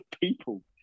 people